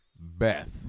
Beth